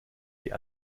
die